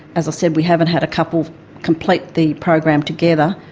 as i said, we haven't had a couple complete the program together.